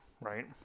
right